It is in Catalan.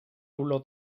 olor